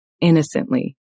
innocently